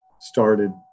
started